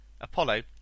Apollo